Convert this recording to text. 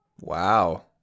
Wow